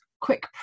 quick